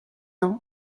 ans